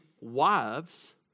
wives